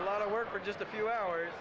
a lot of work for just a few hours